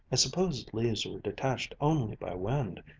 i supposed leaves were detached only by wind.